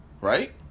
right